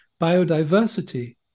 biodiversity